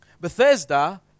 Bethesda